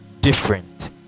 different